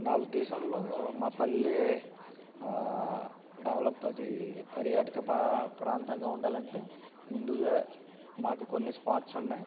నా ఉద్దేశంలో మా పల్లె ఆ డెవలప్ అది పర్యాటక ప్రా ప్రాంతంగా ఉండాలంటే ముందుగా మాకు కొన్ని స్పాట్స్ ఉన్నాయి